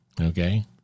Okay